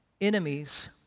Enemies